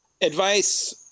advice